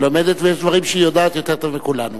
לומדת, ויש דברים שהיא יודעת יותר טוב מכולנו.